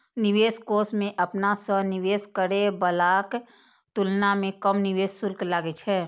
निवेश कोष मे अपना सं निवेश करै बलाक तुलना मे कम निवेश शुल्क लागै छै